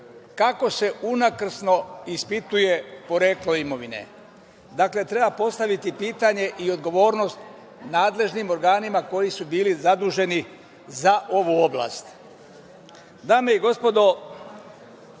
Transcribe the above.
kako se unakrsno ispituje poreklo imovine. Dakle, treba postaviti pitanje i odgovornost nadležnim organima koji su bili zaduženi za ovu oblast. Dame i gospodo,